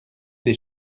des